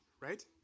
right